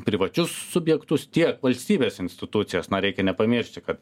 privačius subjektus tie valstybės institucijas na reikia nepamiršti kad